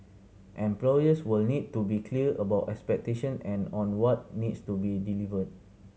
employers will need to be clear about expectations and on what needs to be delivered